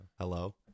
hello